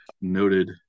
noted